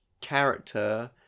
character